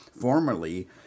formerly